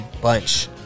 bunch